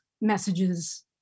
messages